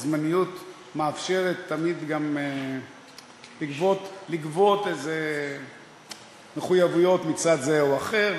הזמניות מאפשרת תמיד גם לגבות איזה מחויבויות מצד זה או אחר,